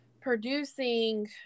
producing